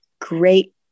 great